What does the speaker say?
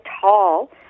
tall